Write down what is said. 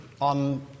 On